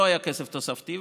לא היה כסף תוספתי.